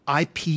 IP